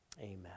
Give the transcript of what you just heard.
amen